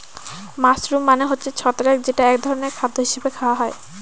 mushroom মানে হচ্ছে ছত্রাক যেটা এক ধরনের খাদ্য হিসাবে খাওয়া হয়